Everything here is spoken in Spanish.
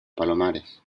palomares